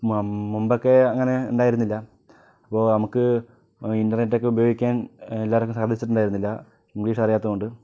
മ മുമ്പൊക്കെ അങ്ങനെ ഉണ്ടായിരുന്നില്ല അപ്പോൾ നമുക്ക് ഇൻ്റർനെറ്റൊക്കെ ഉപയോഗിക്കാൻ എല്ലാവർക്കും സാധിച്ചിട്ടുണ്ടായിരുന്നില്ല ഇംഗ്ലീഷ് അറിയാത്ത കൊണ്ട്